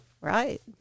Right